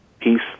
peace